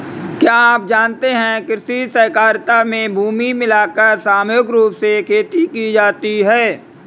क्या आप जानते है कृषि सहकारिता में भूमि मिलाकर सामूहिक रूप से खेती की जाती है?